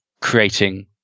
creating